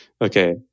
okay